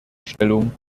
stellung